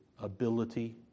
ability